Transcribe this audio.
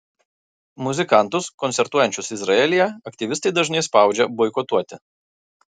muzikantus koncertuojančius izraelyje aktyvistai dažnai spaudžia boikotuoti